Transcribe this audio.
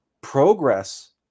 progress